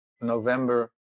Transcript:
november